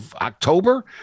october